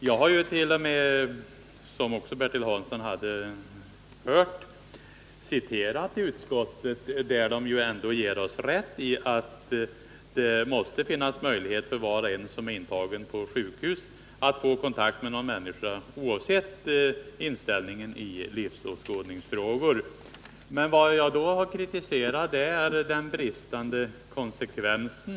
Jag hart.o.m., som också Bertil Hansson hade hört, citerat utskottsbetänkandet där man ändå ger oss rätt i att det måste finnas möjlighet för var och en som är intagen på sjukhus att få kontakt med någon människa, oavsett inställning i livsåskådningsfrågor. Vad jag har kritiserat är den bristande konsekvensen.